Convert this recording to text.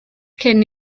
cyn